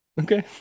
Okay